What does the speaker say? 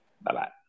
Bye-bye